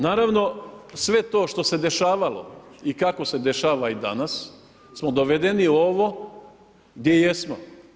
Naravno sve to što se dešavalo i kako se dešava danas smo dovedeni u ovo gdje jesmo.